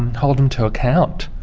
hold them to account,